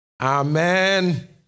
Amen